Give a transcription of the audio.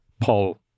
Paul